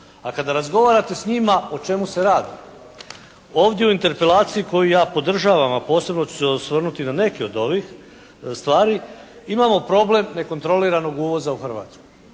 A kada razgovarate s njima o čemu se radi ovdje u Interpelaciji koju ja podržavam a posebno ću se osvrnuti na neke od ovih stvari imamo problem nekontroliranog uvoza u Hrvatsku.